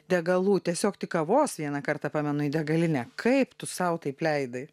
degalų tiesiog tik kavos vieną kartą pamenu į degalinę kaip tu sau taip leidai